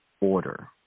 order